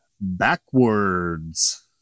backwards